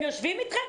הם יושבים איתכם?